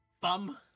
bum